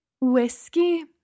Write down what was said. Whiskey